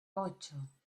ocho